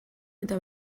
eta